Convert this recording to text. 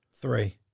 Three